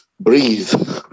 Breathe